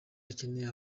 akeneye